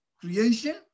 creation